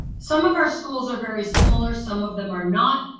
some of our schools are very similar, some of them are not,